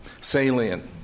salient